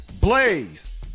Blaze